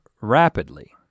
rapidly